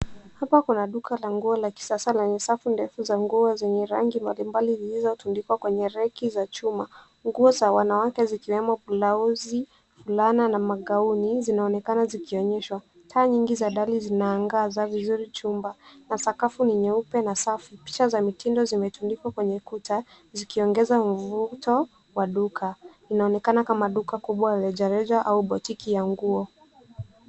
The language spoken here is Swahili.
Hapa kuna duka la nguo la kisasa lenye safu ndefu za nguo zenye rangi mbalimbali zilizotundikwa kwenye reki za chuma. Nguo za wanawake zikiwemo blausi, fulana na magauni zinaonekana zikionyeshwa. Taa nyingi za dari zinaangaza vizuri chumba na sakafu ni nyeupe na safi. Picha za mitindo zimetundikwa kwenye ukuta zikiongeza mvuto wa duka. Inaonekana kama duka kubwa la rejareja au boutique ya nguo.